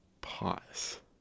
Pause